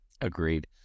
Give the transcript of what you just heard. agreed